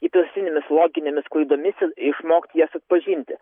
įprastinėmis loginėmis klaidomis ir išmokti jas atpažinti